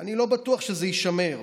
אני לא בטוח שזה יישמר,